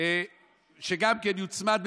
שגם כן יוצמד.